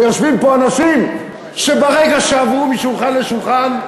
ויושבים פה אנשים שברגע שעברו משולחן לשולחן,